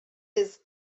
his